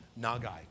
Nagai